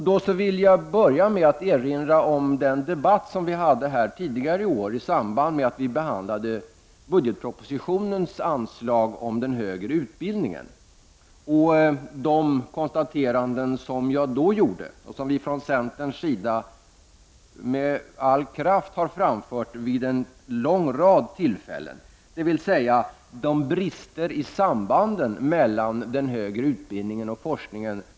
Jag vill börja med att erinra om den debatt vi hade tidigare i år i samband med att vi behandlade budgetpropositionens förslag till anslag till den högre utbildningen och de konstateranden jag då gjorde, som vi också från centerns sida med all kraft har framfört vid en lång rad tillfällen, dvs. att man alltfort kan konstatera en del brister i sambanden mellan den högre utbildningen och forskningen.